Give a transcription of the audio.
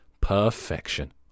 Perfection